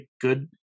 good